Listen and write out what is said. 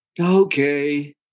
Okay